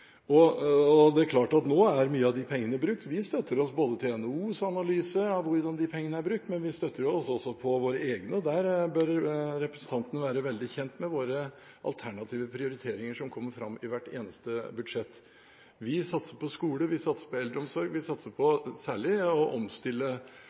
kan bruke. Det er klart at nå er mange av de pengene brukt. Vi støtter oss til NHOs analyse av hvordan de pengene er brukt, men vi støtter oss også til våre egne, og der bør representanten være veldig kjent med våre alternative prioriteringer som kommer fram i hvert eneste budsjett. Vi satser på skole, vi satser på eldreomsorg, og vi satser særlig på